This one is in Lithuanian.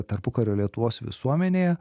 tarpukario lietuvos visuomenėje